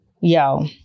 yo